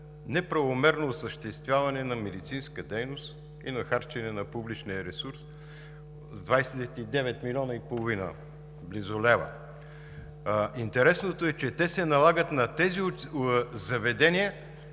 неправомерно осъществяване на медицинска дейност и на харчене на публичния ресурс с близо 29,5 млн. лв. Интересното е, че те се налагат на тези заведения,